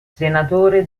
senatore